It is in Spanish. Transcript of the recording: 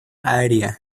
area